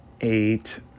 eight